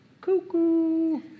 cuckoo